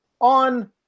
on